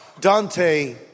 Dante